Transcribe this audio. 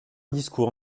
discours